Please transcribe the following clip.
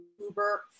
Uber